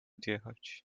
odjechać